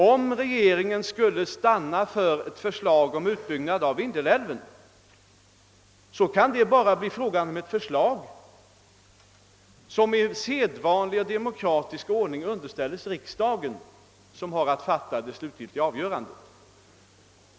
Om regeringen stannar för ett förslag om utbyggnad av Vindelälven, så kommer det förslaget att underställas riksdagen i sedvanlig ordning, och riksdagen har sedan att fatta det slutliga avgörandet.